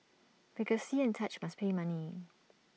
because see and touch must pay money